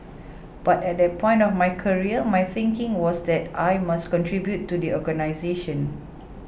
but at that point of my career my thinking was that I must contribute to the organisation